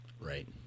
Right